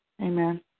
Amen